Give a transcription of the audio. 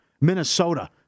Minnesota